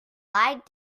lied